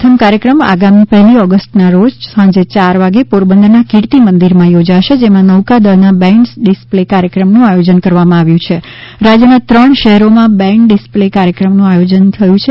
પ્રથમ કાર્યક્રમ આગામી પહેલી ઓગષ્ટના રોજ સાંજે યાર વાગે પોરબંદરના કિર્તિમંદિરમાં યોજાશે જેમાં નૌકાદળના બેન્ડ ડિસ્પ્લે કાર્યક્રમનું આયોજન કરવામાં આવ્યુ છે રાજ્યના ત્રણ શહેરોમાં બેન્ડ ડિસ્પ્લે કાર્યક્રમનું આયોજન કરવામાં આવ્યુ છે